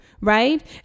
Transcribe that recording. right